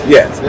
Yes